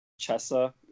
Chessa